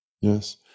Yes